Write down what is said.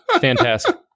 Fantastic